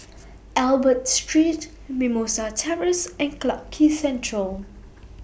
Albert Street Mimosa Terrace and Clarke Quay Central